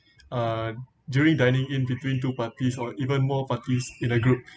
uh during dining in between two parties or even more parties in a group